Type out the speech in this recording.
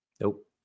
Nope